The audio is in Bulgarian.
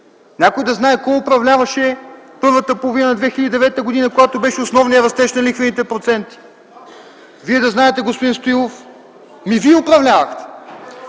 Някой да знае кой управляваше първата половина на 2009 г., когато беше основният растеж на лихвените проценти? Вие да знаете, господин Стоилов? Вие управлявахте.